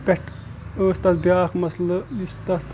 پٮ۪ٹھ ٲسۍ تَتھ بیاکھ مَسلہٕ یُس تَتھ